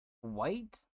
white